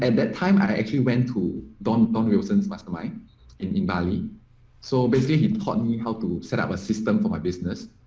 and that time i actually went to don't um know since mastermind in in bali so basically he taught me how to set up a system for my business